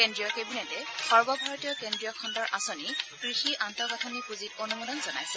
কেন্দ্ৰীয় কেবিনেটে সৰ্বভাৰতীয় কেন্দ্ৰীয় খণ্ডৰ আঁচনি কৃষি আন্তঃগাঁথনি পুঁজিত অনুমোদন জনাইছে